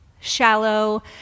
shallow